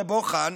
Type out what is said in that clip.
בוחן